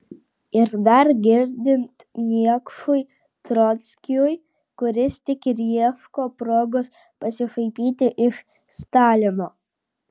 ir dar girdint niekšui trockiui kuris tik ir ieško progos pasišaipyti iš stalino